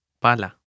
Pala